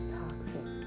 toxic